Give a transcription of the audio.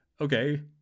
okay